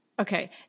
Okay